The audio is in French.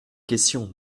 questions